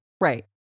Right